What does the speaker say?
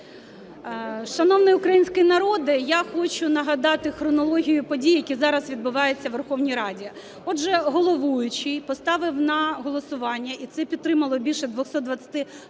Шановний український народе! Я хочу нагадати хронологію подій, які зараз відбуваються у Верховній Раді. Отже, головуючий поставив на голосування, і це підтримало більше 226 народних